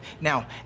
Now